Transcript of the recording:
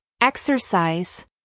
exercise